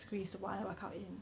squeeze one workout in